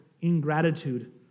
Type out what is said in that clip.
ingratitude